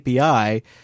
API